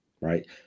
right